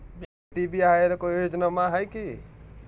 बेटी ब्याह ले कोई योजनमा हय की?